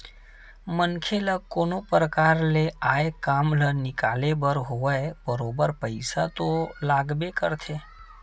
मनखे ल कोनो परकार ले आय काम ल निकाले बर होवय बरोबर पइसा तो लागबे करथे